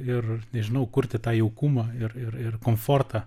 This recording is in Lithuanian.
ir nežinau kurti tą jaukumą ir ir ir komfortą